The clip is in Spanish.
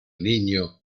niño